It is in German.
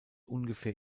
ungefähr